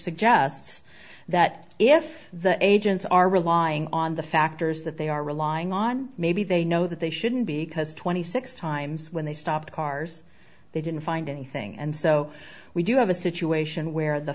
suggests that if the agents are relying on the factors that they are relying on maybe they know that they shouldn't be because twenty six times when they stopped cars they didn't find anything and so we do have a situation where the